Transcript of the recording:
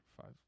five